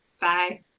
Bye